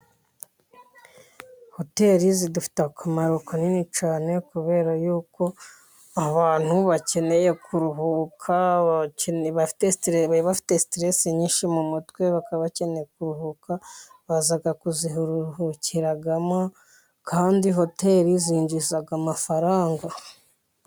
Hoteri zidufitiye akamaro kanini cyane, kubera yuko abantu bakeneye kuruhuka, bari bafite siterese nyinshi mu mutwe bakeneye kuruhuka, baza kuziruhukiramo kandi hoteri zinjiza amafaranga.